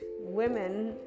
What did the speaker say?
women